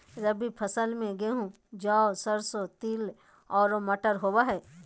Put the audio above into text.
रबी फसल में गेहूं, जौ, सरसों, तिल आरो मटर होबा हइ